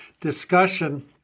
discussion